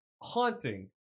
haunting